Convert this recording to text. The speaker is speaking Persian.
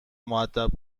مودب